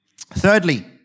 Thirdly